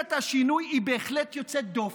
קואליציית השינוי היא בהחלט יוצאת דופן.